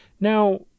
Now